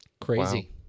Crazy